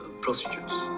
prostitutes